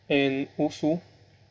and also